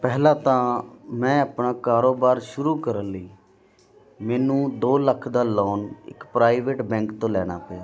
ਪਹਿਲਾਂ ਤਾਂ ਮੈਂ ਆਪਣਾ ਕਾਰੋਬਾਰ ਸ਼ੁਰੂ ਕਰਨ ਲਈ ਮੈਨੂੰ ਦੋ ਲੱਖ ਦਾ ਲੋਨ ਇੱਕ ਪ੍ਰਾਈਵੇਟ ਬੈਂਕ ਤੋਂ ਲੈਣਾ ਪਿਆ